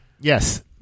yes